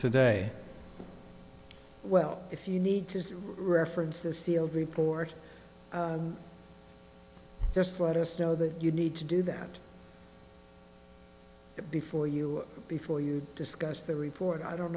today well if you need to reference the sealed report just let us know that you need to do that before you before you discuss the report i don't